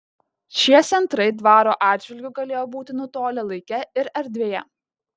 šie centrai dvaro atžvilgiu galėjo būti nutolę laike ir erdvėje